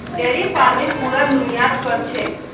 dairy farming पूरा दुनियात क र छेक